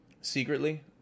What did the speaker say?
Secretly